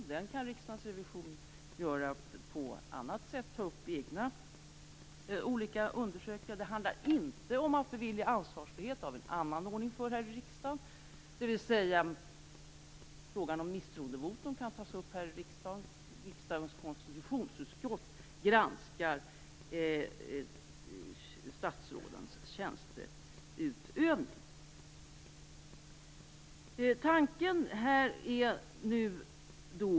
En sådan kan Riksdagens revisorer göra på annat sätt, man kan ta upp egna olika undersökningar. Det handlar inte om att bevilja ansvarsfrihet. Det har vi en annan ordning för här i riksdagen, dvs. frågan om misstroendevotum kan tas upp och riksdagens konstitutionsutskott granskar statsrådens tjänsteutövning.